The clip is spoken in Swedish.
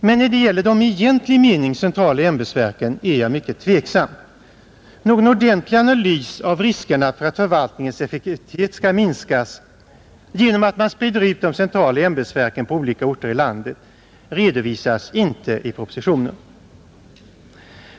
Men när det gäller de i egentlig mening centrala ämbetsverken är jag mycket tveksam. Någon ordentlig analys av riskerna för att förvaltningens effektivitet skall minskas genom att man sprider ut de centrala ämbetsverken på olika orter redovisas inte i propositionen.